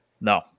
No